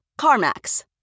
CarMax